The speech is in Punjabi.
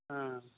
ਹਾਂ